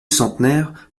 centenaire